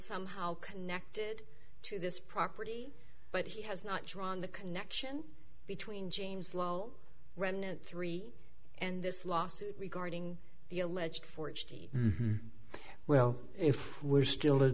somehow connected to this property but he has not drawn the connection between james lowe remnant three and this lawsuit regarding the alleged forged well if we're still